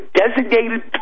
designated